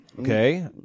Okay